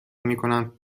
میکنم